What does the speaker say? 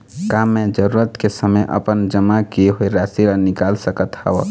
का मैं जरूरत के समय अपन जमा किए हुए राशि ला निकाल सकत हव?